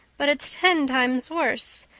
but it's ten times worse.